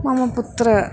मम पुत्रः